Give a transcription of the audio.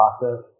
process